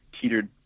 teetered